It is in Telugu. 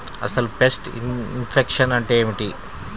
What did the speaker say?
అసలు పెస్ట్ ఇన్ఫెక్షన్ అంటే ఏమిటి?